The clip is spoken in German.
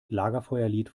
lagerfeuerlied